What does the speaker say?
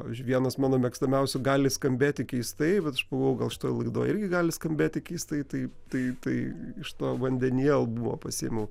pavyzdžiui vienas mano mėgstamiausių gali skambėti keistai bet aš pagalvojau gal šitoj laidoj irgi gali skambėti keistai tai tai tai iš to vandenyje albumo pasiėmiau